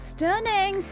Stunning